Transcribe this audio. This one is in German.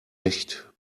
echt